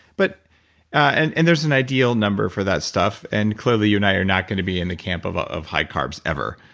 but and and there's an ideal number for that stuff and clearly you and i are not going to be in the camp of ah of high carbs ever.